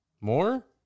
More